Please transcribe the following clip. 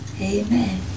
Amen